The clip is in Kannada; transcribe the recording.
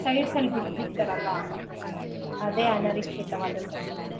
ಸೈಡ್ಸಲ್ಲಿ ಬಿದ್ದಿರ್ತಾರಲ್ಲ ಅದೇ ಅನಿರೀಕ್ಷಿತವಾದ ಸಂಗತಿ